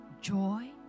joy